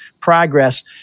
progress